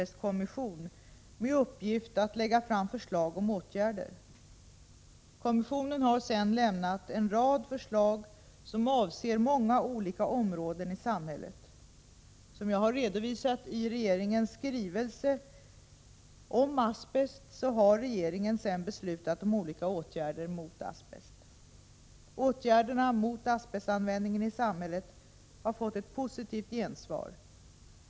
fram förslag om åtgärder. Kommissionen har sedan lämnat en rad förslag, som avser många olika områden i samhället. Som jag har redovisat i regeringens skrivelse om asbest har regeringen sedan beslutat om olika sådana åtgärder mot asbest. Åtgärderna mot asbestanvändningen i samhället har fått ett positivt gensvar.